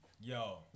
yo